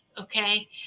okay